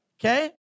Okay